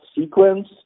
sequence